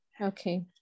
okay